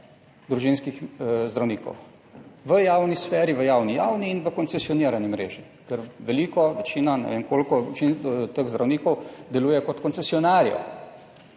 družinskih zdravnikov v javni sferi, v javni, javni in v koncesionirani mreži, ker veliko, večina, ne vem koliko teh zdravnikov deluje kot koncesionarjev.